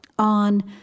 on